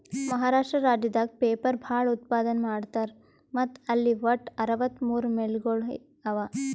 ಮಹಾರಾಷ್ಟ್ರ ರಾಜ್ಯದಾಗ್ ಪೇಪರ್ ಭಾಳ್ ಉತ್ಪಾದನ್ ಮಾಡ್ತರ್ ಮತ್ತ್ ಅಲ್ಲಿ ವಟ್ಟ್ ಅರವತ್ತಮೂರ್ ಮಿಲ್ಗೊಳ್ ಅವಾ